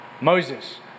Moses